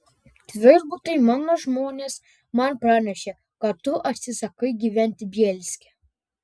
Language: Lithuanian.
tvirbutai mano žmonės man pranešė kad tu atsisakai gyventi bielske